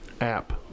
app